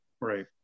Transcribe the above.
right